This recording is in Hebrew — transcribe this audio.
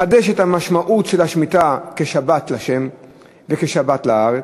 לחדש את המשמעות של השמיטה כשבת להשם וכשבת לארץ,